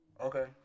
okay